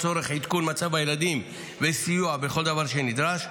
לצורך עדכון מצב הילדים וסיוע בכל דבר שנדרש.